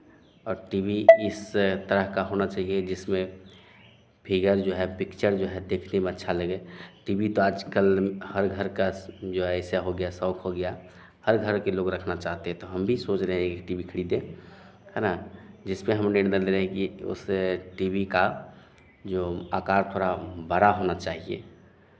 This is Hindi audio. और टी वी इस तरह का होना चाहिए जिसमें फ़िगर जो है पिक्चर जो है देखने में अच्छा लगे टी वी तो आजकल हर घर का जो है ऐसा हो गया शौक हो गया हर घर के लोग रखना चाहते तो हम भी सोच रहे हैं एक टी वी खरीदें हैं ना जिसमें हम कि उस टी वी का जो आकार थोड़ा बड़ा होना चाहिए